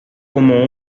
como